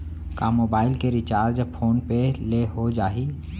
का मोबाइल के recharge phone पे ले हो जाही?